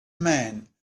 man